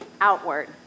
outward